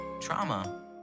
trauma